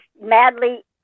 madly